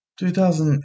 2000